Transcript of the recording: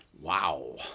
Wow